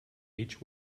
each